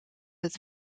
het